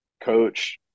Coach